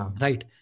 Right